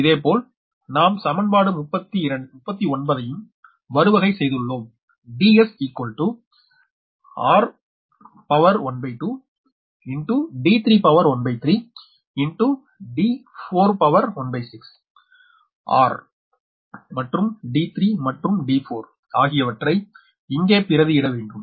இதேபோல் நாம் சமன்பாடு 39 யும் வருவகை செய்துள்ளோம் Ds 𝑟12 𝑑313 𝑑416 r d3 மற்றும் d4 ஆகியவற்றை இங்கே பிரதியிட வேண்டும்